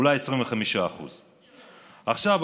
אולי 25%. עכשיו,